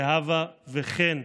זהבה וחן,